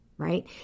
Right